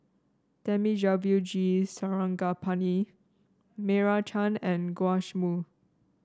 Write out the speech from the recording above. Thamizhavel G Sarangapani Meira Chand and Joash Moo